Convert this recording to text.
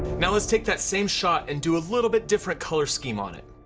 now let's take that same shot and do a little bit different color scheme on it.